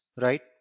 right